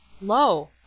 lo